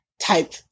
type